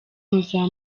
muzaba